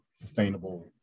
sustainable